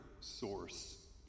source